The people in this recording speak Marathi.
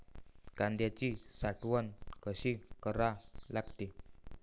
कांद्याची साठवन कसी करा लागते?